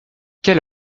quel